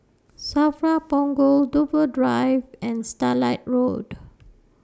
SAFRA Punggol Dover Drive and Starlight Road